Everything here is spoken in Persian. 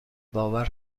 باور